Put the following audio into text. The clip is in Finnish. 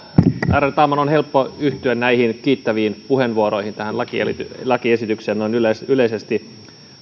ärade talman on helppo yhtyä näihin kiittäviin puheenvuoroihin ja tähän lakiesitykseen noin yleisesti yleisesti